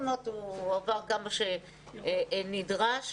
הועבר כמה שנדרש.